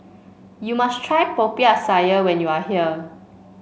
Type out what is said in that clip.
you must try Popiah Sayur when you are here